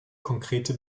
konkrete